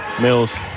Mills